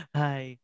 hi